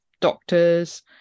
doctors